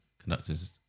conductors